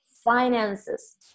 Finances